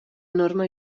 norma